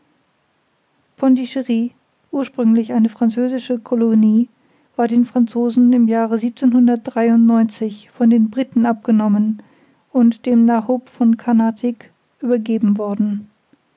pondischery ursprünglich eine französische colonie war den franzosen im jahre von den briten abgenommen und dem nabob von karnatik übergeben worden